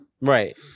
Right